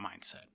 mindset